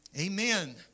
Amen